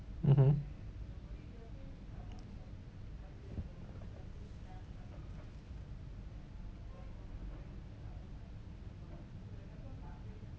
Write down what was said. mmhmm